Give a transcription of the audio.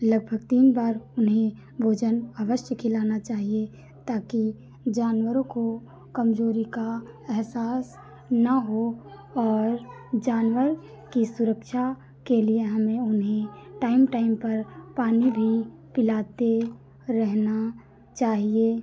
लगभग तीन बार उन्हें भोजन अवश्य खिलाना चाहिए ताकि जानवरों को कमजोरी का अहसास न हो और जानवर की सुरक्षा के लिए हमें उन्हें टाइम टाइम पर पानी भी पिलाते रहना चाहिए